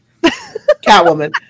Catwoman